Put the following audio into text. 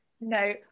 No